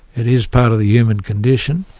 it is part of the human condition,